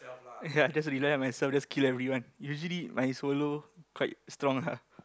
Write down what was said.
ya just rely on myself just kill everyone usually my solo quite strong lah